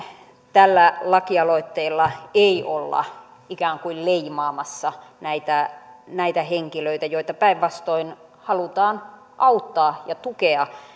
tällä lakialoitteella ei olla ikään kuin leimaamassa näitä näitä henkilöitä joita päinvastoin halutaan auttaa ja tukea